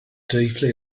deeply